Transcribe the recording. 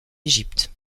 égypte